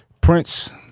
Prince